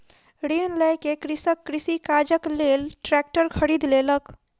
ऋण लय के कृषक कृषि काजक लेल ट्रेक्टर खरीद लेलक